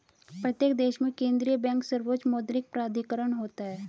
प्रत्येक देश में केंद्रीय बैंक सर्वोच्च मौद्रिक प्राधिकरण होता है